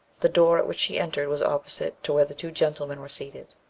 the door at which she entered was opposite to where the two gentlemen were seated.